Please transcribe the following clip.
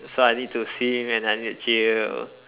so I need to swim and I need to chill